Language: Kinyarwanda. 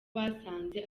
basanze